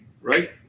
Right